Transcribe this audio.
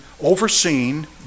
overseen